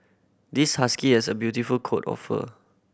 this husky has a beautiful coat of fur